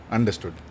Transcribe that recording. Understood